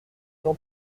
jean